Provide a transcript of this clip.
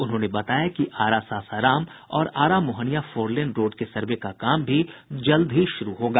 उन्होंने बताया कि आरा सासाराम और आरा मोहनिया फोरलेन रोड के सर्वे का काम भी जल्द ही शुरू होगा